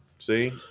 See